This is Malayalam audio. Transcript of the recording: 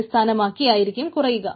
അടിസ്ഥാനമാക്കിയായിരിക്കും കുറയുക